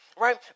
Right